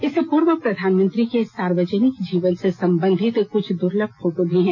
इसमें पूर्व प्रधानमंत्री के सार्वजनिक जीवन से संबंधित कुछ दुर्लभ फोटो भी हैं